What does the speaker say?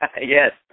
Yes